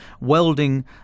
Welding